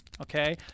okay